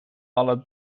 alle